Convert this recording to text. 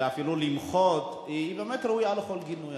ואפילו למחות, הוא באמת ראוי לכל גינוי.